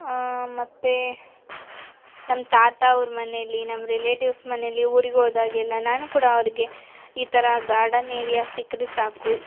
ಮತ್ತು ನಮ್ಮ ತಾತಾವ್ರ ಮನೇಲಿ ನಮ್ಮ ರಿಲೇಟಿವ್ಸ್ ಮನೇಲಿ ಊರಿಗೆ ಹೋದಾಗೆಲ್ಲ ನಾನು ಕೂಡ ಅವರಿಗೆ ಈ ಥರ ಗಾರ್ಡನ್ ಏರಿಯಾ ಸಿಕ್ಕರೆ ಸಾಕು